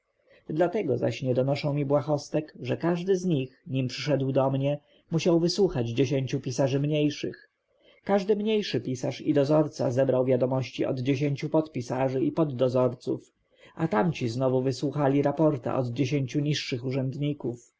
dlatego zaś nie donoszą mi błahostek że każdy z nich zanim przyszedł do mnie musiał wysłuchać dziesięciu pisarzy mniejszych każdy mniejszy pisarz i dozorca zebrał wiadomości od dziesięciu podpisarzy i poddozorców a tamci znowu wysłuchali raporta od dziesięciu niższych urzędników